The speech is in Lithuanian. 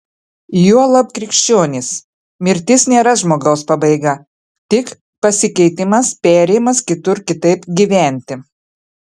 juolab krikščionys mirtis nėra žmogaus pabaiga tik pasikeitimas perėjimas kitur kitaip gyventi